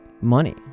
money